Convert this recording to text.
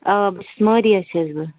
آ بہٕ چھَس مارِیہ چھَس بہٕ